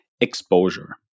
exposure